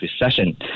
recession